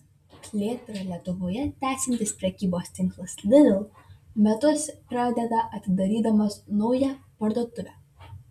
plėtrą lietuvoje tęsiantis prekybos tinklas lidl metus pradeda atidarydamas naują parduotuvę